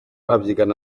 abyigana